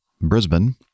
Brisbane